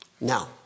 Now